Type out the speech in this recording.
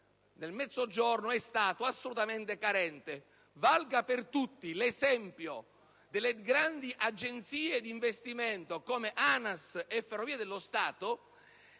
del Mezzogiorno è stato assolutamente carente. Valga per tutti l'esempio delle grandi agenzie d'investimento, come ANAS e Ferrovie dello Stato,